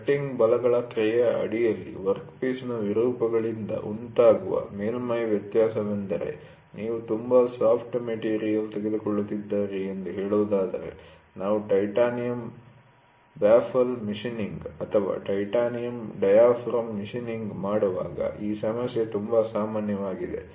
cutting ಬಲ'ಗಳ ಕ್ರಿಯೆಯ ಅಡಿಯಲ್ಲಿ ವರ್ಕ್ಪೀಸ್ನ ವಿರೂಪಗಳಿಂದ ಉಂಟಾಗುವ ಮೇಲ್ಮೈ ವ್ಯತ್ಯಾಸವೆಂದರೆ ನೀವು ತುಂಬಾ ಸಾಫ್ಟ್ ಮೆಟಿರಿಯಲ್ ತೆಗೆದುಕೊಳ್ಳುತ್ತಿದ್ದೀರಿ ಎಂದು ಹೇಳುವುದಾದರೆ ನಾವು ಟೈಟಾನಿಯಂ ಬ್ಯಾಫಲ್ ಮಷೀನ್ನಿಂಗ್ ಅಥವಾ ಟೈಟಾನಿಯಂ ಡಯಾಫ್ರಾಮ್ ಮಷೀನ್ನಿಂಗ್ ಮಾಡುವಾಗ ಈ ಸಮಸ್ಯೆ ತುಂಬಾ ಸಾಮಾನ್ಯವಾಗಿದೆ